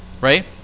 right